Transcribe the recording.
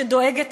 שדואגת,